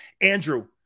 Andrew